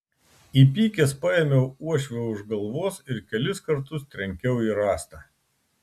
įpykęs paėmiau uošvę už galvos ir kelis kartus trenkiau į rąstą